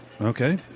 Okay